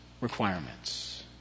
requirements